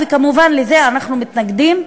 וכמובן לזה אנחנו מתנגדים.